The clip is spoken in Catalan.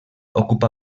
ocupa